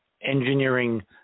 engineering